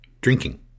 Drinking